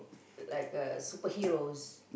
like a superheroes